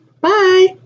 Bye